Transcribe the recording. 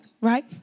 Right